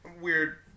weird